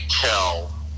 tell